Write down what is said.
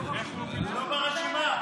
הוא לא ברשימה.